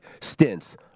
stints